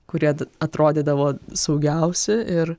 kurie atrodydavo saugiausi ir